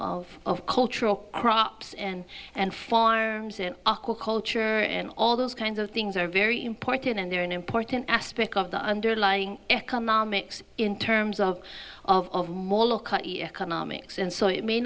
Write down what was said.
of of cultural crops and and farms and aquaculture and all those kinds of things are very important and they're an important aspect of the underlying economics in terms of economics and so it may